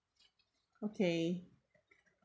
okay